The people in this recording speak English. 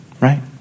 right